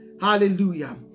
hallelujah